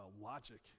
logic